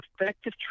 effective